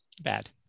bad